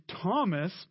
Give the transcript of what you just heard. Thomas